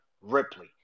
Ripley